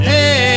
Hey